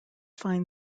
find